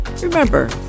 Remember